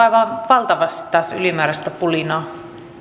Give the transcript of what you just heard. aivan valtavasti taas ylimääräistä pulinaa